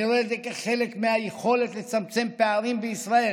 אני רואה את זה כחלק מהיכולת לצמצם פערים בישראל,